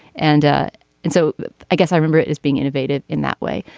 and ah and so i guess i remember it is being innovated in that way.